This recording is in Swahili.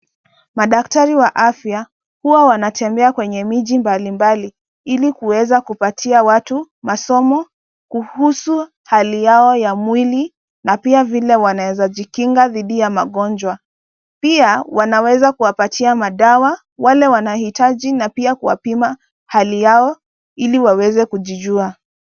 Madaktari wa afya huwa wanatembea kwenye miji mbalimbali ili kuweza kupatia watu masomo kuhusu hali yao ya mwili na pia vile wanaweza jikinga dhidi ya magonjwa. Pia wanaweza kuwapatia madawa wale wanaitaji na pia kuwapima hali yao ili waweze kujijua.